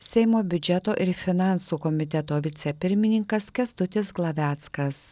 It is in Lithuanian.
seimo biudžeto ir finansų komiteto vicepirmininkas kęstutis glaveckas